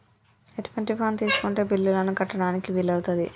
ఎటువంటి ఫోన్ తీసుకుంటే బిల్లులను కట్టడానికి వీలవుతది?